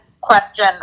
question